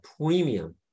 premium